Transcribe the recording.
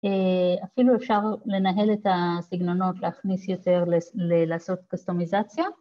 אפילו אפשר לנהל את הסגנונות, להכניס יותר, לעשות קסטומיזציה